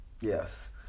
yes